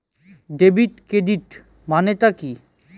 Debit ক্রেডিটের মানে টা কি?